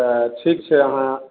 तऽ ठीक छै अहाँ